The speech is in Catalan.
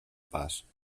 pas